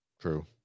True